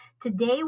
Today